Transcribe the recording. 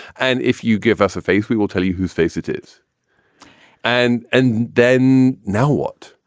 and if you give us a face, we will tell you whose face it is and and then now what?